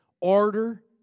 Order